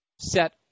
set